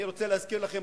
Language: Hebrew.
אני רוצה להזכיר לכם,